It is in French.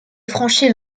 franchit